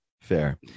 fair